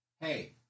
Hey